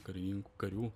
karininkų karių